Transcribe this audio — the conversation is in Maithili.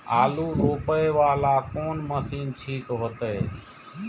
आलू रोपे वाला कोन मशीन ठीक होते?